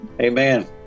Amen